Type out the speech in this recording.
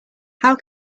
how